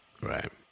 right